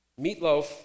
meatloaf